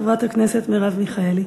ואחריו, חברת הכנסת מרב מיכאלי.